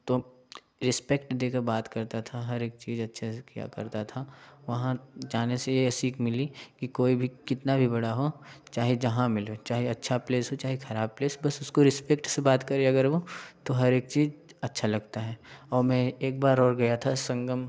तो रीस्पेक्ट देके बात करता था हर एक चीज अच्छे से किया करता था वहाँ जाने से ये सीख मिली कोई भी कितना भी बड़ा हो चाहे जहाँ मिले चाहे अच्छा प्लेस हो चाहे खराब प्लेस बस उसको रीस्पेक्ट से बात करें अगर वो तो हर एक चीज अच्छा लगता है और मैं एक बार और गया था संगम